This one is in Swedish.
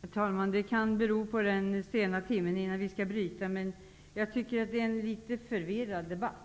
Herr talman! Det kan bero på den sena timmen och att vi snart skall bryta förhandlingarna, men jag tycker att det är en litet förvirrad debatt.